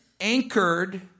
anchored